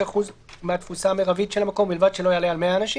לכל 7 מטרים רבועים משטח המקום או על 20 אנשים",